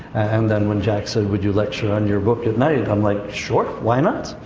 and then when jack said, would you lecture on your book at night? and i'm like, sure, why not?